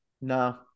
No